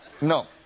No